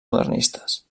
modernistes